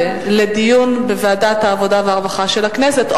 לדיון בוועדת העבודה והרווחה של הכנסת,